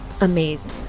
amazing